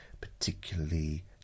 particularly